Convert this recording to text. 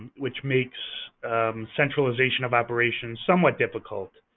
which makes centralization of operations somewhat difficult.